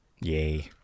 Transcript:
yay